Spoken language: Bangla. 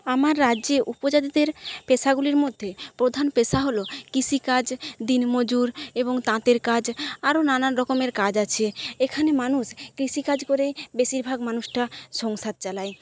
আমার রাজ্যে উপজাতিদের পেশাগুলির মধ্যে প্রধান পেশা হল কৃষিকাজ দিন মজুর এবং তাঁতের কাজ আরও নানান রকমের কাজ আছে এখানে মানুষ কৃষিকাজ করেই বেশিরভাগ মানুষটা সংসার চালায়